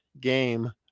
game